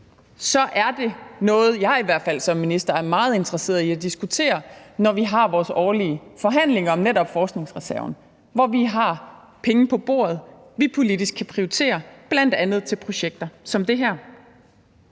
er det noget, jeg i hvert fald som minister er meget interesseret i at diskutere, når vi har vores årlige forhandlinger om netop forskningsreserven, hvor vi har penge på bordet, som vi politisk kan prioritere, bl.a. til projekter som det her.